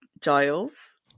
Giles